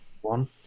one